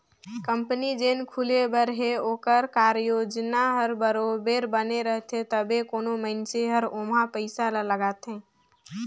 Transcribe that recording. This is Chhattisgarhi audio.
कंपनी जेन खुले बर हे ओकर कारयोजना हर बरोबेर बने रहथे तबे कोनो मइनसे हर ओम्हां पइसा ल लगाथे